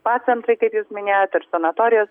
spa centrai kaip jūs minėjot ir sanatorijos